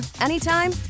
anytime